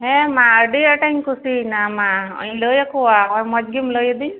ᱦᱮᱸ ᱢᱟ ᱟᱹᱰᱤ ᱟᱸᱴᱤᱧ ᱠᱩᱥᱤᱭᱮᱱᱟ ᱢᱟ ᱱᱚᱜᱼᱚᱭ ᱤᱧ ᱞᱟᱹᱭ ᱟᱠᱚᱣᱟ ᱱᱚᱜᱼᱚᱭ ᱢᱚᱡᱽ ᱜᱮᱢ ᱞᱟᱹᱭ ᱟᱹᱫᱤᱧ